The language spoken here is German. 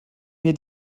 mir